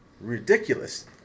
Ridiculous